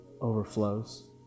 overflows